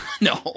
No